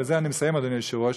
ובזה אני מסיים אדוני היושב-ראש,